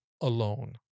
alone